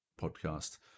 podcast